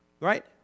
right